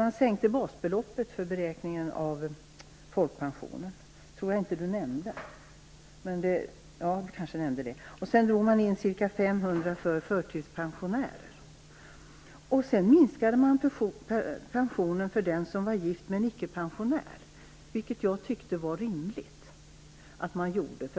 Man sänkte basbeloppet för beräkningen av folkpensionen - jag vet inte om Sigge Godin nämnde det - och sedan drog man in ca 500 kr för förtidspensionärer. Dessutom minskades pensionen för den som är gift med en icke-pensionär, vilket jag då beslutet fattades tyckte var rimligt.